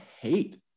hate